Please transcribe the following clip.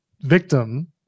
victim